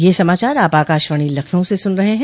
ब्रे क यह समाचार आप आकाशवाणी लखनऊ से सुन रहे हैं